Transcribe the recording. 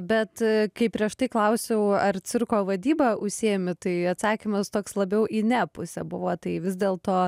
bet kai prieš tai klausiau ar cirko vadyba užsiimi tai atsakymas toks labiau į ne pusę buvo tai vis dėlto